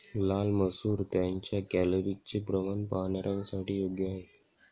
लाल मसूर त्यांच्या कॅलरीजचे प्रमाण पाहणाऱ्यांसाठी योग्य आहे